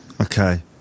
Okay